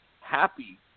happy